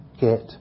get